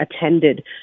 attended